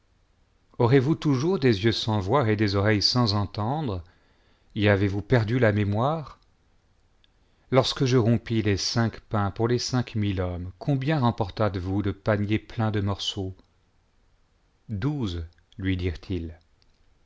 aurez-vous toujours des yeux sans voir et des oreilles sans entendre et avez-vous perdu la mémoire lorsque je rompis les cinq pains pour cinq mille hommes combien remportât esvous de paniers pleins de morceaux douze lui dirent-ils